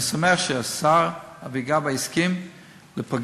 אני שמח שהשר אבי גבאי הסכים להיפגש,